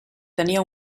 tenia